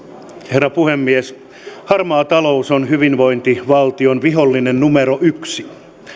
herra puhemies harmaa talous on hyvinvointivaltion vihollinen numero yksi